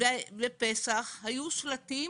בפסח היו שלטים